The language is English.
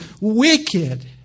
wicked